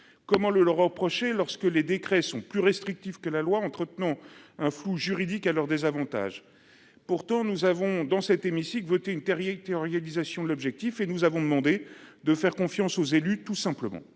Comment le leur reprocher. Lorsque les décrets sont plus restrictif que la loi entretenons un flou juridique à leur désavantage. Pourtant nous avons dans cet hémicycle voter une Terrier réalisation de l'objectif et nous avons demandé de faire confiance aux élus tout simplement